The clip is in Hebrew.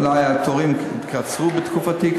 אולי התורים התקצרו בתקופתי,